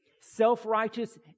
Self-righteous